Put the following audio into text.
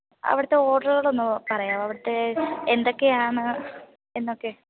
അവിടുത്തെ ഓർഡറുകളൊന്ന് പറയാവോ അവിടുത്തെ എന്തൊക്കെയാണ് എന്നൊക്കെ